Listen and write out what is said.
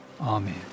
amen